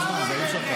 זה מעניין,